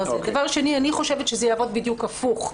דבר שני, אני חושבת שזה יעבוד בדיוק להיפך.